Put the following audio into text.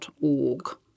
.org